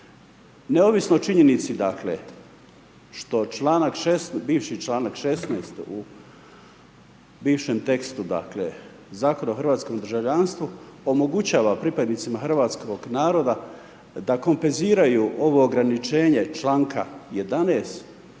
Neovisno o činjenici, dakle, što bivši članak 16. u bivšem tekstu, dakle, Zakona o hrvatskom državljanstvu, omogućava, pripadnicima hrvatskog naroda, da kompenziraju ovo ograničenje članka 11.